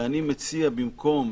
ואני מציע שבמקום: